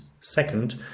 second